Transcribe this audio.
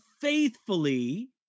faithfully